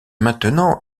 maintenant